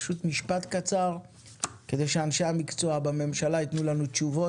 פשוט משפט קצר כדי שאנשי המקצוע בממשלה יתנו לנו תשובות,